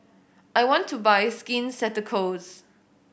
I want to buy Skin Ceuticals